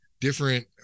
Different